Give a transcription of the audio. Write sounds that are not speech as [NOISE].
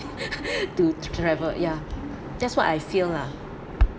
[LAUGHS] to travel ya that's what I feel lah